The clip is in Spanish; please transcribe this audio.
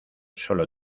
solo